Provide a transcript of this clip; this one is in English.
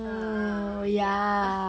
ah ya